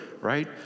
right